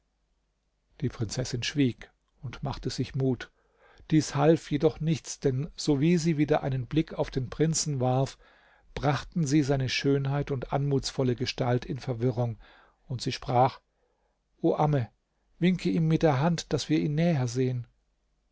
die prinzessin schwieg und machte sich mut dies half jedoch nichts denn sowie sie wieder einen blick auf den prinzen warf brachten sie seine schönheit und anmutsvolle gestalt in verwirrung und sie sprach o amme winke ihm mit der hand daß wir ihn näher sehen